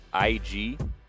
IG